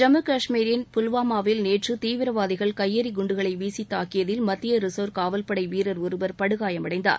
ஜம்மு காஷ்மீரின் புல்வாமாமில் நேற்று தீவிரவாரதிகள் கையெறி குண்டுகளை வீசி தாக்கியதில் மத்திய ரிசர்வ் காவல் படை வீரர் ஒருவர் படுகாயமடைந்தார்